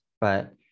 but-